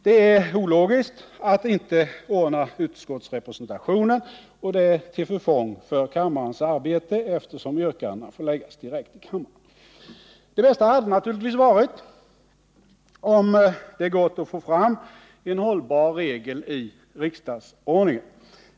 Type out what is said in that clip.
Det är ologiskt att inte ordna utskottsrepresentationen, och det är till förfång för kammarens arbete, eftersom yrkandena då får framställas direkt i kammaren. Det bästa hade naturligtvis varit, om det gått att få fram en hållbar regel i riksdagsordningen.